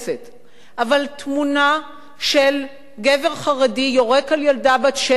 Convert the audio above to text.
אבל תמונה של גבר חרדי יורק על ילדה בת שבע בשם חוסר